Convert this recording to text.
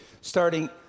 starting